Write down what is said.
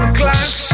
class